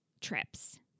trips